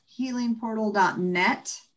healingportal.net